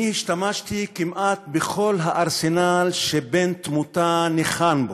אני השתמשתי כמעט בכל הארסנל שבן-תמותה ניחן בו,